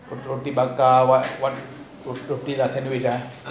what what